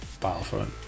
Battlefront